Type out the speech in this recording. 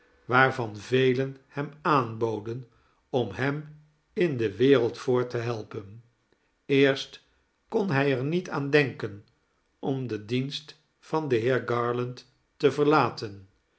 waarvan velen hem aanboden om hem in de wereld voort te helpen eerst kon hij er niet aan denken om den dienst van den heer garland te verlaten